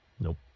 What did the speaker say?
Nope